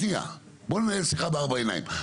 שנייה, ואז ננהל שיחה בארבע עיניים.